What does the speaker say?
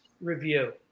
Review